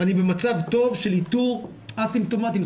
אני במצב טוב של איתור א-סימפטומטיים.